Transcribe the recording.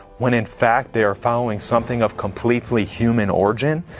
when in fact they are following something of completely human origin?